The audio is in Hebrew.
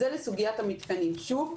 שוב,